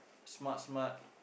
smart smart